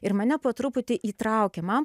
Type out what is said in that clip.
ir mane po truputį įtraukė man